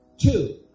Two